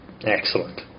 excellent